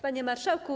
Panie Marszałku!